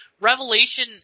revelation